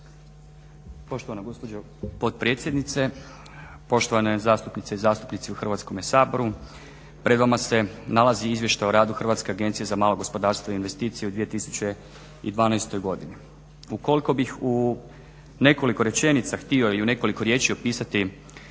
Poštovana gospođo potpredsjednice, poštovane zastupnice i zastupnici u Hrvatskome saboru. Pred vama se nalazi Izvještaj o radu HAMAG-a u 2012. godini. Ukoliko bih u nekoliko rečenica htio i u nekoliko riječi opisati